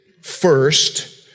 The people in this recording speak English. first